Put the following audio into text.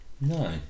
No